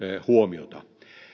huomiota